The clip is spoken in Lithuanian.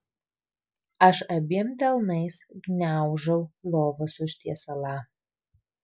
aš abiem delnais gniaužau lovos užtiesalą